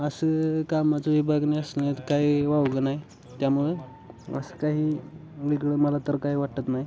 असं कामाचं विभागणी असणं काही वावगं नाही त्यामुळं असं काही वेगळं मला तर काय वाटत नाही